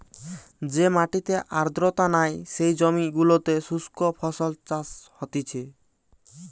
যে মাটিতে আর্দ্রতা নাই, যেই জমি গুলোতে শুস্ক ফসল চাষ হতিছে